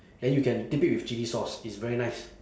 then you can dip it with chilli sauce it's very nice